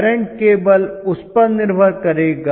current केवल उस पर निर्भर करेगा